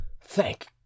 THANK